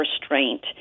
restraint